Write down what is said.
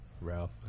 ralph